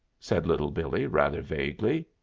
said little billee rather vaguely.